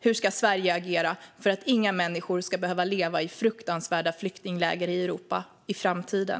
Hur ska Sverige agera för att inga människor ska behöva leva i fruktansvärda flyktingläger i Europa i framtiden?